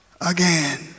again